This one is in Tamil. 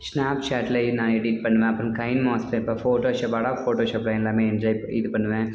ஸ்னாப்சேட்லேயும் நான் எடிட் பண்ணுவேன் அப்புறம் கைன் மாஸ்டர் அப்புறம் ஃபோட்டோஷாப் அடாப் ஃபோட்டோஷாப்பில் எல்லாமே என்ஜாய் ப இது பண்ணுவேன்